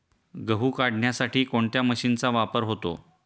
गहू काढण्यासाठी कोणत्या मशीनचा वापर होतो?